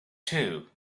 too